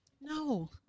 No